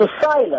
silence